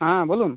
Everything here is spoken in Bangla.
হ্যাঁ বলুন